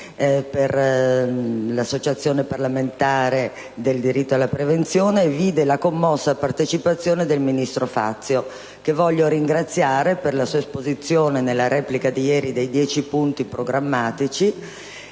per la salute e la promozione del diritto alla prevenzione, vide la commossa partecipazione del ministro Fazio, che voglio ringraziare per la sua esposizione, nella replica di ieri, dei 10 punti programmatici,